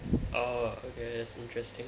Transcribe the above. oh okay that's interesting